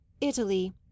Italy